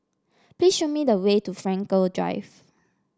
please show me the way to Frankel Drive